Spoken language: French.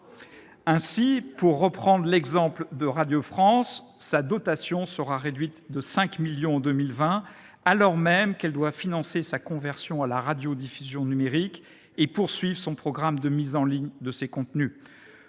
Ainsi, pour reprendre l'exemple de Radio France, sa dotation sera réduite de 5 millions d'euros l'année prochaine, alors même qu'elle doit financer sa conversion à la radiodiffusion numérique et poursuivre son programme de mise en ligne de ses contenus.